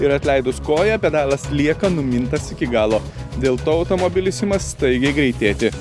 ir atleidus koją pedalas lieka numintas iki galo dėl to automobilis ima staigiai greitėti